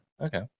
Okay